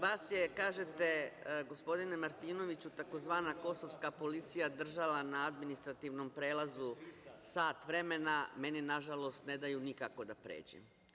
Vas je, kažete, gospodine Martinoviću, tzv. kosovska policija držala na administrativnom prelazu sat vremena, meni, nažalost, ne daju nikako da pređem.